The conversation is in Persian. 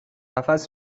نفس